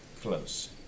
Close